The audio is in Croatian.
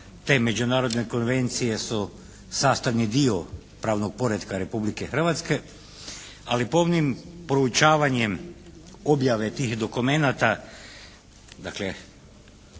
te međunarodne konvencije su sastavni dio pravnog poretka Republike Hrvatske ali pomnim proučavanjem objave tih dokumenata dakle